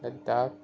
Ladakh